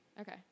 Okay